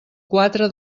quatre